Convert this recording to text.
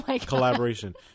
collaboration